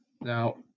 Now